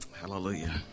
Hallelujah